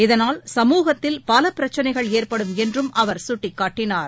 இதனால் சுமுகத்தில் பல பிரச்னைகள் ஏற்படும் என்றும் அவர் சுட்டிக்காட்டினார்